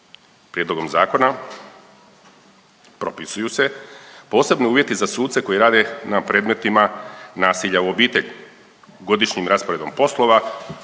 Prijedlogom zakona propisuju se posebni uvjeti za suce koji rade na predmetima nasilja u obitelji. Godišnjim rasporedom poslova